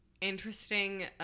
interesting